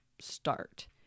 start